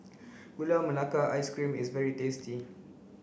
gula melaka ice cream is very tasty